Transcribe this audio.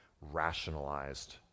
rationalized